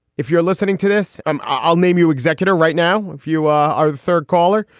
if you're listening to this, um i'll name you executor right now. if you are the third caller.